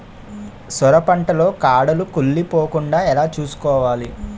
సొర పంట లో కాడలు కుళ్ళి పోకుండా ఎలా చూసుకోవాలి?